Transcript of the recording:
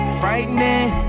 frightening